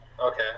okay